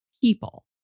people